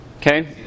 Okay